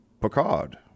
Picard